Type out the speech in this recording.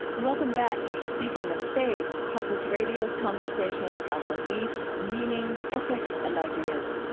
welcome back to speaking of faith, public radio's conversation about belief, meaning, ethics and ideas.